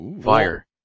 fire